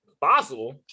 possible